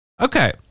Okay